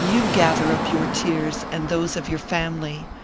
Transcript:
you gather up your tears and those of your family,